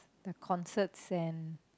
the concerts and